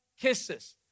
kisses